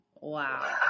Wow